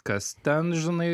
kas ten žinai